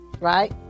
Right